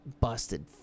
busted